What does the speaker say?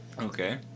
Okay